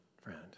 friend